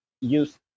use